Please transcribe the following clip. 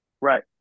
Right